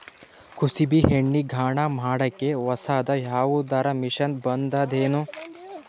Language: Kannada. ಕುಸುಬಿ ಎಣ್ಣೆ ಗಾಣಾ ಮಾಡಕ್ಕೆ ಹೊಸಾದ ಯಾವುದರ ಮಷಿನ್ ಬಂದದೆನು?